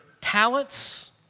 talents